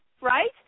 Right